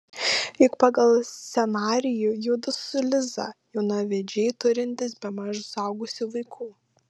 juk pagal scenarijų judu su liza jaunavedžiai turintys bemaž suaugusių vaikų